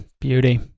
Beauty